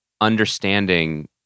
understanding